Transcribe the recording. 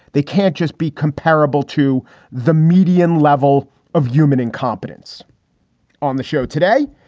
they can't just be comparable to the median level of human incompetence on the show today.